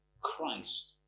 Christ